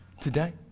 today